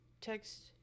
text